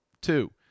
Two